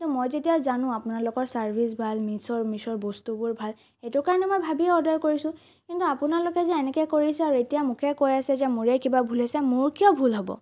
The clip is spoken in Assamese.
কিন্তু মই যেতিয়া জানো আপোনালোকৰ চাৰ্ভিছ ভাল মিছ' মিছ'ৰ বস্তুবোৰ ভাল সেইটো কাৰণে মই ভাবিয়েই অৰ্ডাৰ কৰিছোঁ কিন্তু আপোনালোকে যে এনেকৈ কৰিছে এতিয়া মোকেই কৈ আছে যে মোৰেই কিবা ভুল হৈছে মোৰ কিয় ভুল হ'ব